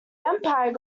empire